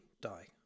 die